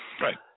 right